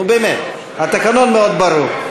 נו, באמת, התקנון מאוד ברור.